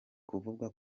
kuvugwa